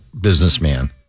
businessman